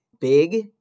big